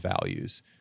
values